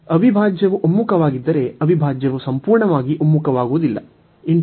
ಅವಿಭಾಜ್ಯವು ಒಮ್ಮುಖವಾಗಿದ್ದರೆ ಅವಿಭಾಜ್ಯವು ಸಂಪೂರ್ಣವಾಗಿ ಒಮ್ಮುಖವಾಗುವುದಿಲ್ಲ